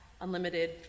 unlimited